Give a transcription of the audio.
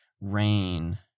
rain